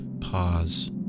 pause